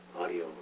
audio